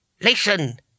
Listen